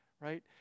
right